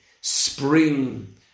spring